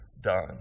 done